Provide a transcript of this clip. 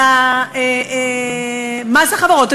על מס החברות הדיפרנציאלי.